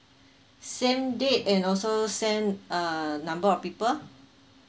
same date and also same uh number of people